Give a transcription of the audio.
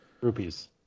Rupees